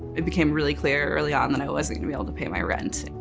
it became really clear early on that i wasn't gonna be able to pay my rent.